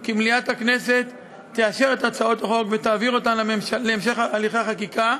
כי מליאת הכנסת תאשר את הצעות החוק ותעביר אותן להמשך הליכי החקיקה,